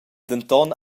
denton